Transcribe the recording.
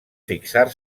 fixar